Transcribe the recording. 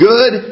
Good